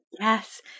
Yes